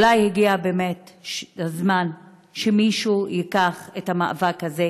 אולי באמת הגיע הזמן שמישהו ייקח את המאבק הזה